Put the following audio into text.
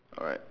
alright